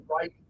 right